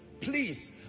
Please